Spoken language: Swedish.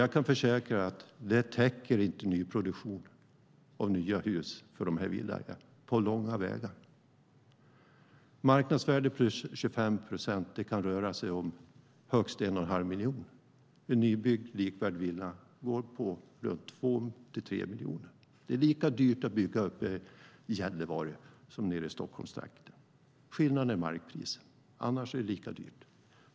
Jag kan försäkra att det inte på långa vägar täcker nyproduktion av nya hus för dessa villaägare. Marknadsvärde plus 25 procent kan röra sig om högst 1 1⁄2 miljon. Det är lika dyrt att bygga uppe i Gällivare som nere i Stockholmstrakten. Skillnaden är markpriset. Annars är det lika dyrt.